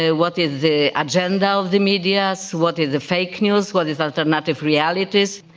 ah what is the agenda of the media? so what is the fake news? what is alternative realities?